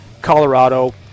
Colorado